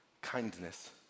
kindness